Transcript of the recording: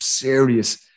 Serious